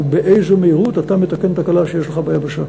ובאיזו מהירות אתה מתקן תקלה שיש לך ביבשה.